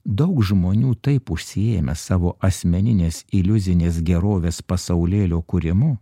daug žmonių taip užsiėmę savo asmeninės iliuzinės gerovės pasaulėlio kūrimu